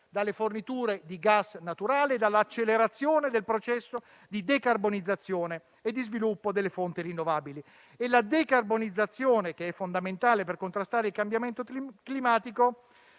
dalle forniture di gas naturale, dell'accelerazione del processo di decarbonizzazione e di sviluppo delle fonti rinnovabili. La decarbonizzazione, che è fondamentale per contrastare il cambiamento climatico,